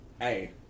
Hey